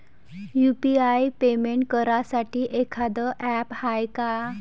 UPI payment करासाठी एखांद app हाय का?